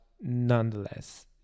nonetheless